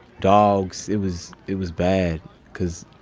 dogs. it was, it was bad because